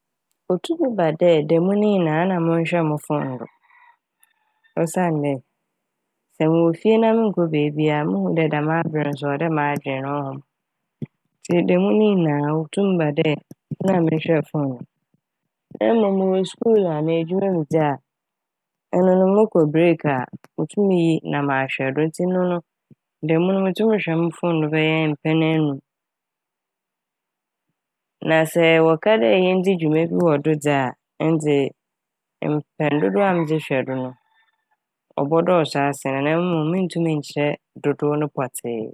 Otum ba dɛ da mu ne nyinaa na monnhwɛ mo fone do osiandɛ sɛ mowɔ fie na monnkɔ beebia a muhu dɛ dɛm aber no so ɔwɔ dɛ m'adwen no ɔhom ntsi da mu ne nyinaa otum ba dɛ na mennhwɛɛ fone do. Na mom mowɔ skuul a anaa edwuma mu dze a ɛnono mokɔ "break" a mutum yi na mahwɛ do ntsi eno no da mu no mutum hwɛ mo fone do bɛyɛɛ mpɛn enum. Na sɛ wɔka dɛ yendzi dwuma bi wɔ do dza ɛne dze mpɛn dodow a medze mɛhwɛ do no ɔbɔ dɔɔso asen no na mom menntum nnkyerɛ dodow no pɔtsee.